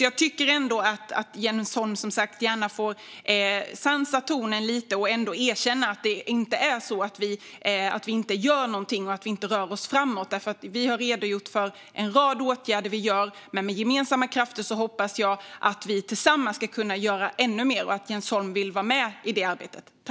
Jag tycker som sagt att Jens Holm gärna får sansa tonen lite och erkänna att det inte är så att vi inte gör något och att vi inte rör oss framåt. Vi har redogjort för en rad åtgärder som vi gör, men jag hoppas att vi tillsammans och med gemensamma krafter ska kunna göra ännu mer och att Jens Holm vill vara med i det arbetet.